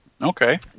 Okay